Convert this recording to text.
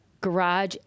garage